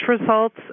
results